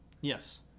Yes